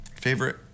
Favorite